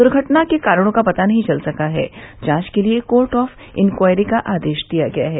दुर्घटना के कारणों का पता नहीं चल सका है जांच के लिये कोर्ट ऑफ इंक्वारी का आदेश दिया गया है